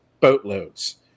boatloads